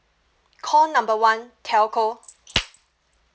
call number one telco